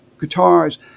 guitars